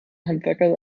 handwerker